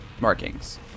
markings